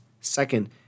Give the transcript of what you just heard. second